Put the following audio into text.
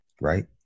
right